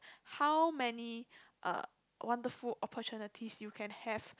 how many uh wonderful opportunities you can have